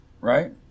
right